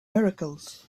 miracles